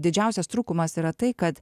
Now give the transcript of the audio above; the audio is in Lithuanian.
didžiausias trūkumas yra tai kad